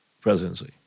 presidency